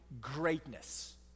greatness